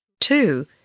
Two